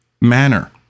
manner